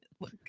look